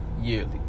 yearly